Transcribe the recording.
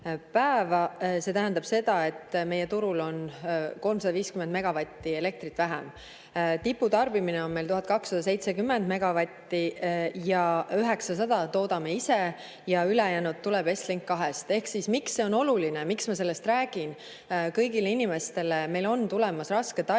See tähendab seda, et meie turul on 350 megavatti elektrit vähem. Tiputarbimine on meil 1270 megavatti, 900 toodame ise ja ülejäänu tuleb Estlink 2‑st. Miks see on oluline ja miks ma sellest räägin kõigile inimestele? Meil on tulemas raske talv